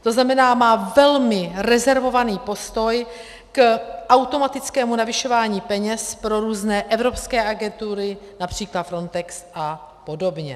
To znamená, má velmi rezervovaný postoj k automatickému navyšování peněz pro různé evropské agentury, např. FRONTEX a podobně.